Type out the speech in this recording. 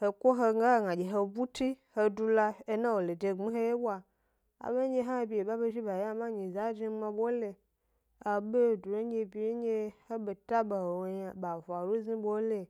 he ko he ga gna dye he butsi he du la ena wo de gbmi e he wyebwa, abendye hna bye ba be zhi ba yio m, ama bole abedo bye ndye a be taba a wo m yna ba faru zni bole.